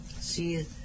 See